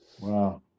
Wow